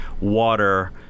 water